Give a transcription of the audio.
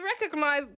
recognize